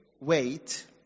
wait